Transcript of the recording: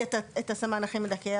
שמביאים את הסמן הכי מדכא,